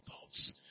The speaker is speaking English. thoughts